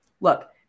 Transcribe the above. look